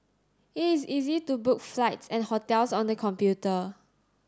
it is easy to book flights and hotels on the computer